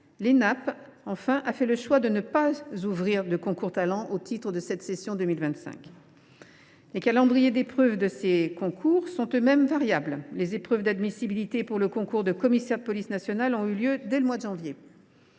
l’Enap, elle a fait le choix de ne pas ouvrir de concours Talents au titre de cette session. Les calendriers des épreuves sont eux mêmes variables : les épreuves d’admissibilité du concours de commissaire de police nationale ont eu lieu dès le mois de janvier